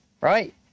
Right